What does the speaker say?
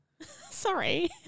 Sorry